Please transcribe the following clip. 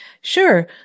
sure